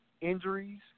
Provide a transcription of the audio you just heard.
injuries